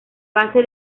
base